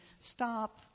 stop